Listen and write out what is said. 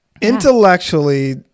Intellectually